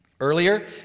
Earlier